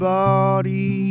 body